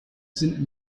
sind